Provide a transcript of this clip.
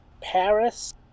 Paris